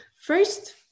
First